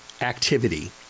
activity